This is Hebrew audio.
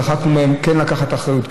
דחקנו בהם כן לקחת אחריות,